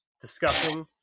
discussing